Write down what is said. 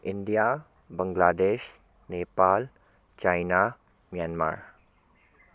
India Bangladesh Nepal China Myanmar